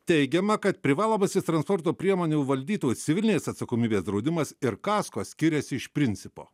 teigiama kad privalomasis transporto priemonių valdytų civilinės atsakomybės draudimas ir kasko skiriasi iš principo